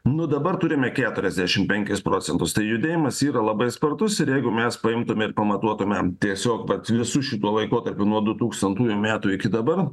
nu dabar turime keturiasdešimt penkis procentus tai judėjimas yra labai spartus ir jeigu mes paimtumeir pamatuotume tiesiog vat visu šituo laikotarpiu nuo dutūkstantųjų metų iki dabar